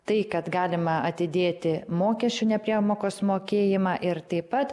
tai kad galima atidėti mokesčių nepriemokos mokėjimą ir taip pat